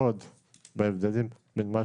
להסדרה מול רשות ההגירה, מול הארגונים.